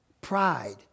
pride